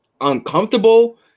uncomfortable